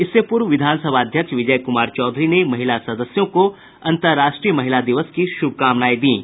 इससे पूर्व विधानसभा अध्यक्ष विजय कुमार चौधरी ने महिला सदस्यों को अंतर्राष्ट्रीय महिला दिवस की शुभकामनाएं दीं